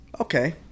Okay